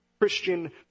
Christian